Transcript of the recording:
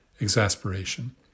exasperation